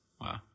Wow